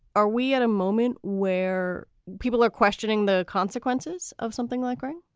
are we at a moment where people are questioning the consequences of something like crime?